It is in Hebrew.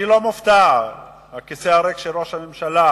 אני לא מופתע מהכיסא הריק של ראש הממשלה,